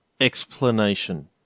explanation